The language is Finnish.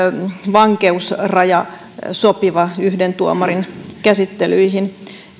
vankeusraja sopiva yhden tuomarin käsittelyihin